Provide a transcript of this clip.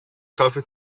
kaffee